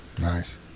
Nice